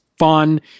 fun